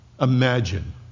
Imagine